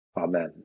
Amen